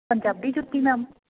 ਪੰਜਾਬੀ ਜੁੱਤੀ ਮੈਮ